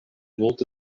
multe